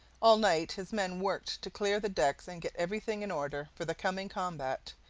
all night his men worked to clear the decks and get everything in order for the coming combat,